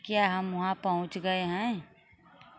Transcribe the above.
क्या हम वहाँ पहुंच गए हैं